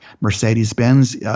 Mercedes-Benz